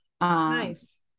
Nice